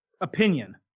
opinion